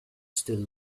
still